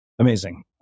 Amazing